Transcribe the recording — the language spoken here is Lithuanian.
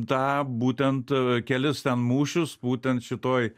tą būtent kelis ten mūšius būtent šitoj